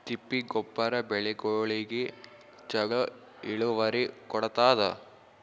ತಿಪ್ಪಿ ಗೊಬ್ಬರ ಬೆಳಿಗೋಳಿಗಿ ಚಲೋ ಇಳುವರಿ ಕೊಡತಾದ?